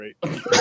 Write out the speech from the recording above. great